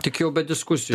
tik jau be diskusijų